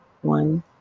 One